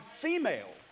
female